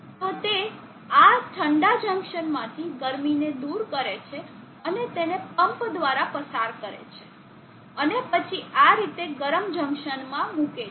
તો તે આ ઠંડા જંકશનમાંથી ગરમીને દૂર કરે છે અને તેને પંપ દ્વારા પસાર કરે છે અને પછી આ રીતે ગરમ જંકશનમાં મૂકે છે